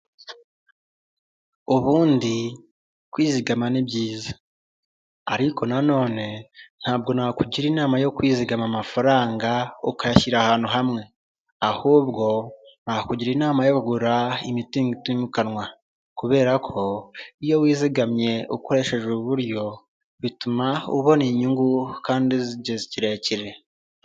Ubundi kwizigama ni byiza, ariko sinakugira inama yo kwizigama amafaranga uyashyira ahantu hamwe. Ahubwo, nakugira inama yo kugura imitungo utimukanwa, kuko iyo wizigamye ukoresheje uburyo butuma ubona inyungu z’igihe kirekire, bigira akamaro kurushaho.